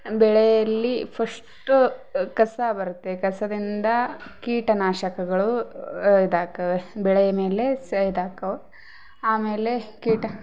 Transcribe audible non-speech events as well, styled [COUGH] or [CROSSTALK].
ಬೆಳೆಯಲ್ಲಿ ಫಸ್ಟು ಕಸ ಬರುತ್ತೆ ಕಸದಿಂದ ಕೀಟ ನಾಶಕಗಳು [UNINTELLIGIBLE] ಬೆಳೆ ಮೇಲೆ [UNINTELLIGIBLE] ಆಮೇಲೆ ಕೀಟ